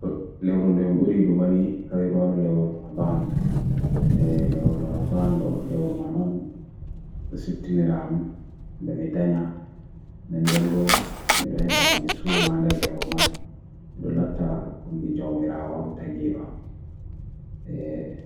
leoron deyong urii do gani kaironu leoron madaan leoron madaan do leoron manon de 17 ram de mi denya nenden bo me do heba misu mada leoron man me do leta kumbi jomirawam tagirawam eee